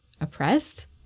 oppressed